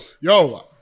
yo